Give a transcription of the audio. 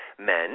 Men